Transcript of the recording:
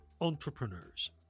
entrepreneurs